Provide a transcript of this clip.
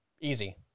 easy